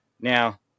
Now